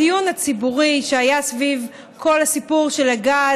הדיון הציבורי שהיה סביב כל הסיפור של הגז